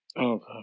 Okay